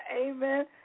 Amen